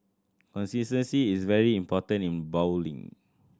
consistency is very important in bowling